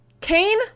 Kane